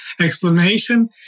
explanation